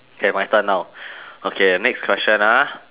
K my turn now okay next question ah